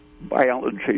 biology